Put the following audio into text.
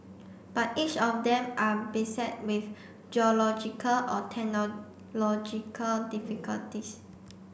but each of them are beset with geological or technological difficulties